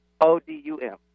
O-D-U-M